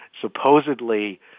supposedly